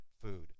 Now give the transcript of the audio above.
food